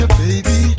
baby